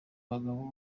bagabo